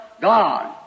God